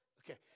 Okay